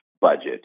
budget